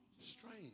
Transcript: Strange